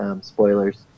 spoilers